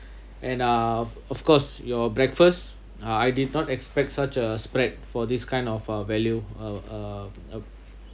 and uh of of course your breakfast uh I did not expect such a spread for this kind of uh value uh uh uh